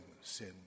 sin